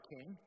King